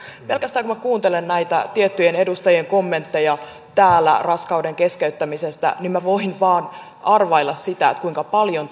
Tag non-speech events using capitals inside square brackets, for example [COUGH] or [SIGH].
pelkästään kun kuuntelen näitä tiettyjen edustajien kommentteja täällä raskauden keskeyttämisestä niin voin vain arvailla sitä kuinka paljon [UNINTELLIGIBLE]